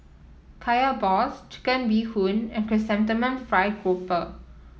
Kaya Balls Chicken Bee Hoon and Chrysanthemum Fried Grouper